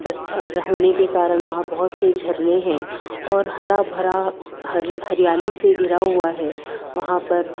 बस र होने के कारण वहाँ बहुत से झरने हैं और हरा भरा हरयाली से घिरा हुआ है वहाँ पर